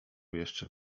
jeszcze